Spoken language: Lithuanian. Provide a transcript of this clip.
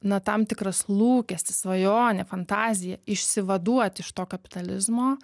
na tam tikras lūkestis svajonė fantazija išsivaduoti iš to kapitalizmo